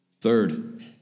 Third